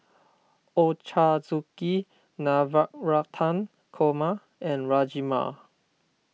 Ochazuke Navratan Korma and Rajma